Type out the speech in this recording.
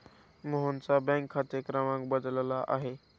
मोहनचा बँक खाते क्रमांक बदलला आहे